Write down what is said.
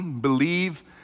believe